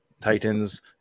Titans